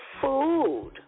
food